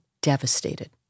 devastated